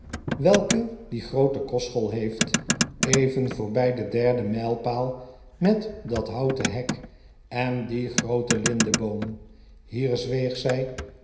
welke die groote kostschool heeft even voorbij den derden mijlpaal met dat houten hek en dien grooten lindeboom hier zweeg zij